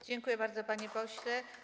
Dziękuję bardzo, panie pośle.